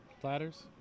platters